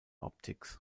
optics